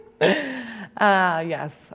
yes